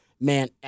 man